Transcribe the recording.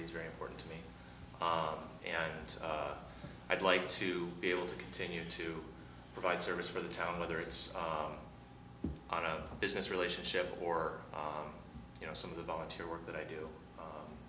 is very important to me and i'd like to be able to continue to provide service for the town whether it's on a business relationship or you know some of the volunteer work that i do